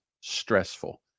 stressful